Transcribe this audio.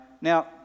Now